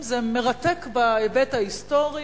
זה מרתק בהיבט ההיסטורי,